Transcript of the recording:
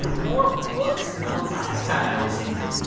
more books than the last time i was in here.